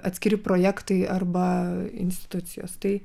atskiri projektai arba institucijos tai